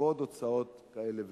ועוד הוצאות כאלה ואחרות.